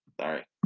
sorry